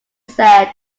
said